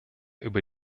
über